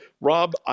Rob